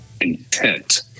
intent